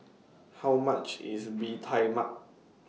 How much IS Bee Tai Mak